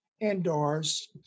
indoors